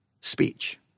speech